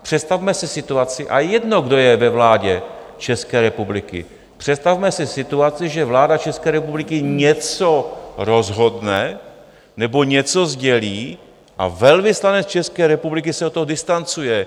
Představme si situaci, a jedno, kdo je ve vládě České republiky, představme si situaci, že vláda České republiky něco rozhodne nebo něco sdělí a velvyslanec České republiky se od toho distancuje.